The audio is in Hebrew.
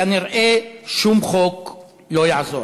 כנראה שום חוק לא יעזור.